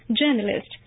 Journalist